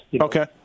Okay